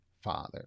father